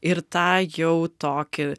ir tą jau tokį